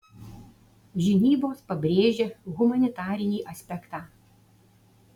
žinybos pabrėžia humanitarinį aspektą